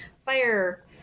fire